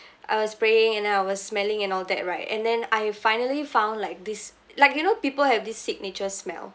I was playing and I was smelling and all that right and then I have finally found like this like you know people have this signature smell